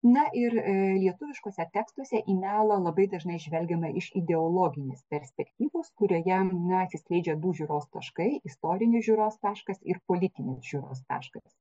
na ir lietuviškuose tekstuose į melą labai dažnai žvelgiama iš ideologinės perspektyvos kurioje atsiskleidžia du žiūros taškai istorinis žiūros taškas ir politinis žiūros taškas